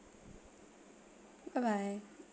bye bye